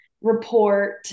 report